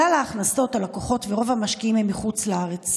כלל ההכנסות, הלקוחות ורוב המשקיעים הם מחוץ לארץ.